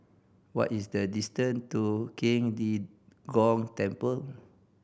what is the distance to Qing De Gong Temple